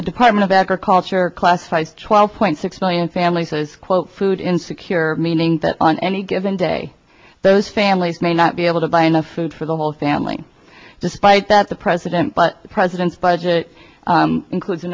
the department of agriculture class size twelve point six million families that is quote food insecure meaning that on any given day those families may not be able to buy enough food for the whole family despite that the president but the president's budget includes a